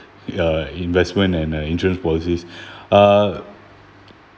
uh investment and uh insurance policies uh